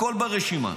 הכול ברשימה.